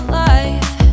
life